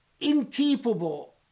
incapable